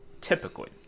typically